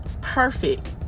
perfect